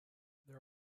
there